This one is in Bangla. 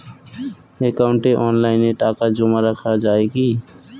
একাউন্টে অনলাইনে টাকা জমা রাখা য়ায় কি?